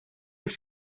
your